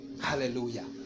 Hallelujah